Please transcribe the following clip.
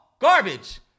Garbage